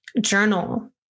journal